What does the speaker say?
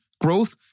growth